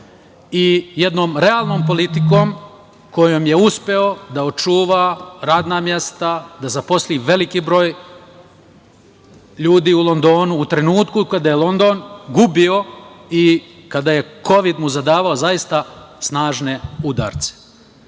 I jednom realnom politikom, kojom je uspeo da očuva radna mesta, da zaposli veliki broj ljudi u Londonu, u trenutku kada je London gubio i kada mu je kovid zadavao zaista snažne udarce. To